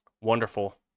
Wonderful